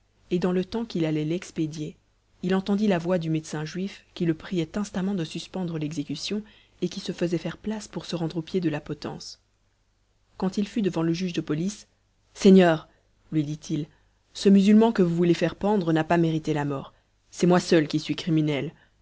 et dans le temps qu'il allait l'expédier il entendit la voix du médecin juif qui le priait instamment de suspendre l'exécution et qui se faisait faire place pour se rendre au pied de la potence quand il fut devant le juge de police seigneur lui dit-il ce musulman que vous voulez faire pendre n'a pas mérité la mort c'est moi seul qui suis criminel